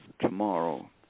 tomorrow